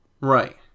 Right